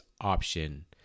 option